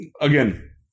Again